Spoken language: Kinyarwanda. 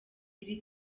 iri